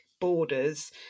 borders